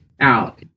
out